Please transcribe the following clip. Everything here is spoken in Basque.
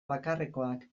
bakarrekoak